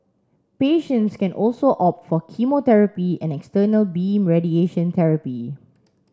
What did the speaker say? patients can also opt for chemotherapy and external beam radiation therapy